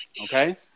Okay